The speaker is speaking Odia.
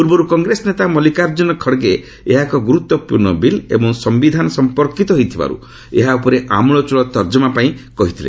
ପୂର୍ବରୁ କଂଗ୍ରେସ ନେତା ମଲ୍ଲିକାର୍ଚ୍ଚୁନ ଖଡ଼ଗେ ଏହା ଏକ ଗୁରୁତ୍ୱପୂର୍ଣ୍ଣ ବିଲ୍ ଏବଂ ସମ୍ଭିଧାନ ସମ୍ପର୍କୀତ ହୋଇଥିବାରୁ ଏହା ଉପରେ ଆମୂଳଚୂଳ ତର୍ଜମା ପାଇଁ କହିଥିଲେ